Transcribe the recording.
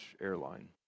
airline